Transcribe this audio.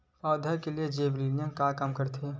पौधा के लिए जिबरेलीन का काम आथे?